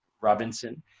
Robinson